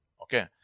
Okay